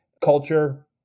culture